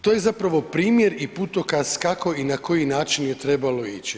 To je zapravo primjer i putokaz kako i na koji način je trebalo ići.